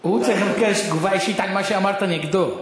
הוא צריך לבקש תגובה אישית על מה שאמרת נגדו.